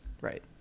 right